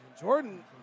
Jordan